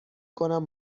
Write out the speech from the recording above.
کنم